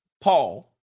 Paul